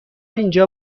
اینجا